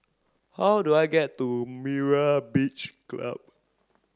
how do I get to Myra Beach Club